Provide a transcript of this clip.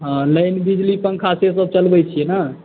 हँ लाइन बिजली पॅंखा से सभ चलबै छियै ने